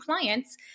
clients